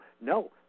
No